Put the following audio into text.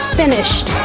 finished